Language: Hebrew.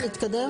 להתקדם?